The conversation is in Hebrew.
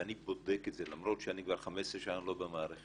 ואני בודק את זה למרות שאני כבר 15 שנה לא במערכת.